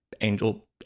Angel